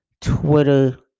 Twitter